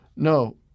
No